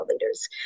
leaders